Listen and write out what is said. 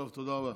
טוב, תודה רבה.